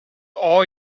all